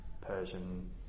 Persian